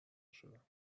شدم